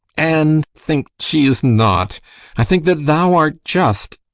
and think she is not i think that thou art just,